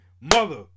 Mother